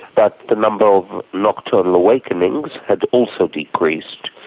but the number of nocturnal awakenings had also decreased.